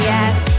Yes